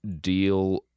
deal